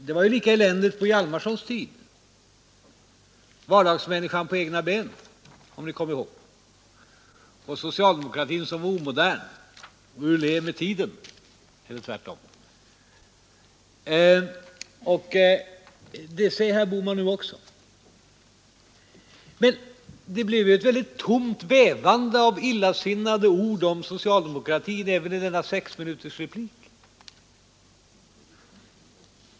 Det var lika eländigt på Hjalmarsons tid — vardagsmänniskan på egna ben, som ni kanske kommer ihåg, och socialdemokratin som var omodern och ur takt med tiden eller tvärtom. Det säger herr Bohman nu också. Det var ett väldigt tomt vevande av illasinnade ord om socialdemokratin även i denna sexminutersreplik.